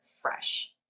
fresh